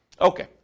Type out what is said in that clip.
Okay